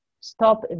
stop